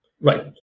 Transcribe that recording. right